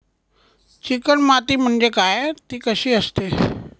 Chicken माती म्हणजे काय? ति कशी असते?